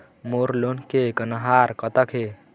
मोर loan के कन्हार कतक हे?